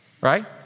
right